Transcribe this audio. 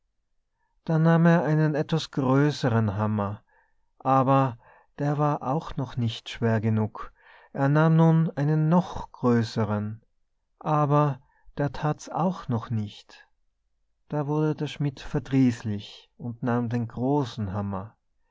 da nahm er einen etwas größeren hammer aber der war auch noch nicht schwer genug er nahm nun einen noch größeren aber der that's auch noch nicht da wurde der schmied verdrießlich und nahm den großen hammer